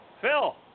Phil